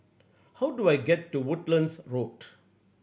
how do I get to Woodlands Road